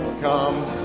come